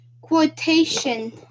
Quotation